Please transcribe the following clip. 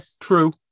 true